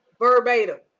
verbatim